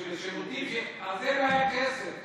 בשביל שירותים, לזה לא היה כסף.